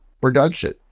production